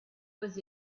was